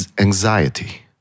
anxiety